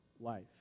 life